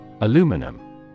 Aluminum